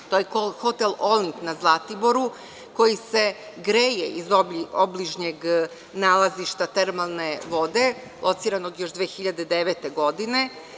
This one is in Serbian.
To je Hotel „Olimp“ na Zlatiboru koji se greje iz obližnjeg nalazišta termalne vode, lociranog još 2009. godine.